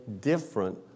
different